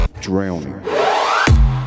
Drowning